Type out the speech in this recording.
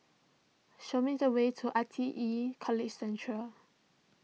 show me the way to I T E College Central